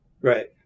Right